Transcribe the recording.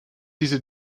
diese